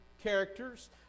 characters